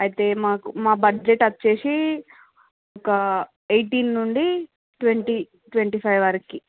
అయితే మాకు మా బడ్జెట్ వచ్చేసి ఒక ఎయిటీన్ నుండి ట్వంటీ ట్వంటీ ఫైవ్ వరకు